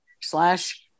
slash